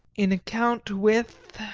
in account with